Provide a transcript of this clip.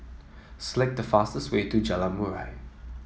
select the fastest way to Jalan Murai